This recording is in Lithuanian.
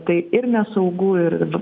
tai ir nesaugu ir